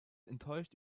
enttäuscht